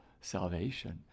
salvation